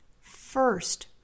first